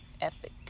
ethic